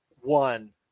one